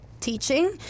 teaching